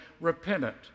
repentant